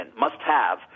must-have